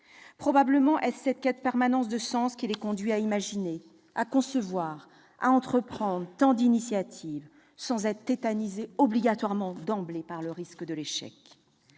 Probablement est-ce cette quête permanente de sens qui les conduit à imaginer, concevoir et entreprendre tant d'initiatives, sans être tétanisés d'emblée par le risque d'échec.